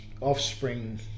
offspring